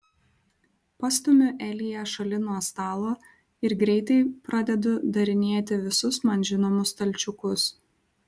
pastumiu eliją šalin nuo stalo ir greitai pradedu darinėti visus man žinomus stalčiukus